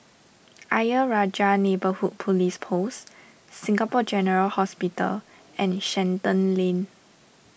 Ayer Rajah Neighbourhood Police Post Singapore General Hospital and Shenton Lane